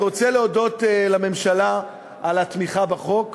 אני רוצה להודות לממשלה על התמיכה בחוק.